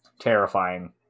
Terrifying